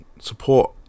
support